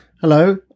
Hello